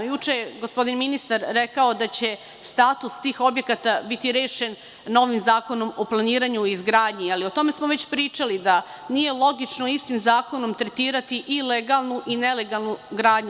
Juče je gospodin ministar rekao da će status tih objekata biti rešen novim zakonom o planiranju i izgradnji, ali o tome smo već pričali da nije logično istim zakonom tretirati i legalnu i nelegalnu gradnju.